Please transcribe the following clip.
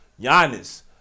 Giannis